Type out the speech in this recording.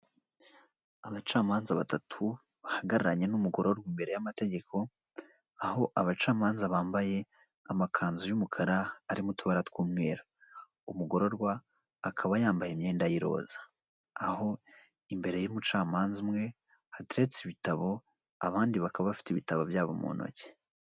Abacamanza batatu bahagararanye n'umugororwa imbere y'amategeko, aho abacamanza bambaye amakanzu y'umukara arimo utuba tw'umwerura umugororwa akaba yambaye imyenda y'iroza, aho imbere y'umucamanza umwe hateretse ibitabo abandi bakaba bafite ibitabo byabo mu ntoki.